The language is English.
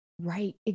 Right